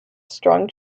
strong